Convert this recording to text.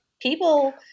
people